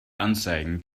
anzeigen